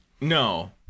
No